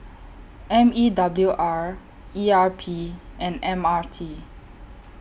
M E W R E R P and M R T